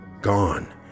gone